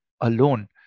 alone